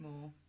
More